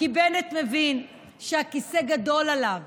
כי בנט מבין שהכיסא גדול עליו.